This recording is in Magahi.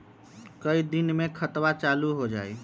कई दिन मे खतबा चालु हो जाई?